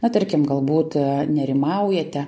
na tarkim galbūt nerimaujate